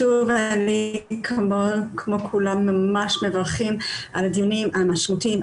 כמו כולם מברכת על הדיונים, המשמעותיים,